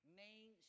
main